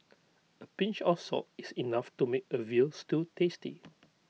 A pinch of salt is enough to make A Veal Stew tasty